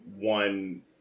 one